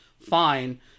fine